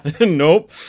nope